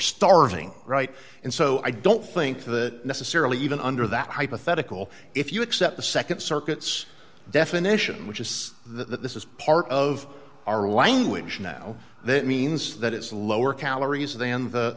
starving right and so i don't think the necessarily even under that hypothetical if you accept the nd circuit's definition which is that this is part of our language now that means that it's lower calories than the